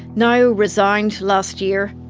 ngaio resigned last year.